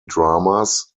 dramas